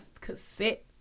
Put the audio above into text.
cassette